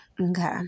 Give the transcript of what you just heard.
okay